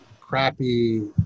crappy